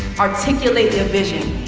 articulate your vision